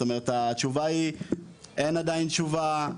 זאת אומרת, התשובה היא שאין עדיין תשובה.